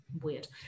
Weird